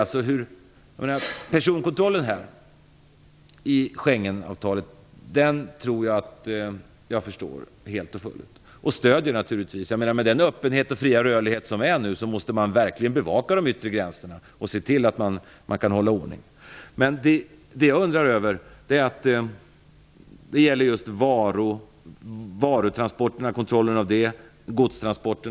Jag tror att jag helt och fullt förstår personkontrollen i Schengenavtalet. Den stödjer jag naturligtvis. Med den öppenhet och fria rörlighet som nu finns måste man verkligen bevaka de yttre gränserna och se till att man kan hålla ordning. Det jag undrar över gäller kontrollen av varutransporterna osv.